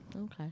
Okay